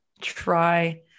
try